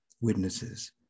witnesses